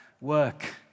work